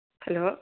hello